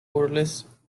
odorless